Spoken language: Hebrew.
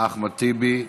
אחמד טיבי,